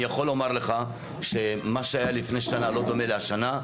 אני יכול לומר לך שמה שהיה לפני שנה לא דומה להשנה,